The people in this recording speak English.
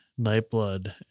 Nightblood